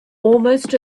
almost